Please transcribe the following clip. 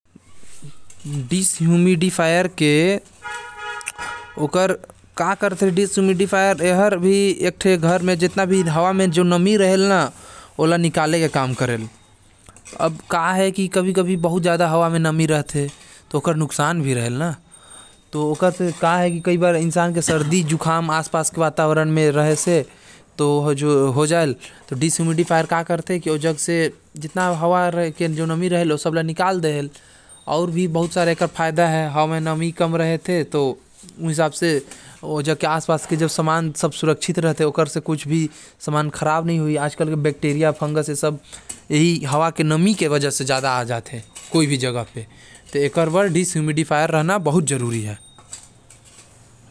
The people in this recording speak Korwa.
पानी के वाष्प बना के ओके डक्ट वर्क के माध्यम से निकाल के घर के भीतरे नमी के स्तर ल नियंत्रित राखथे।